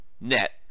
net